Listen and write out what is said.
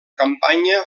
campanya